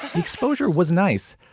exposure was nice,